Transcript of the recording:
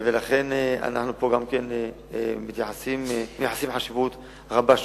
לכן גם פה אנחנו מייחסים חשיבות רבה,